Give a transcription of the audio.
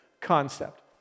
concept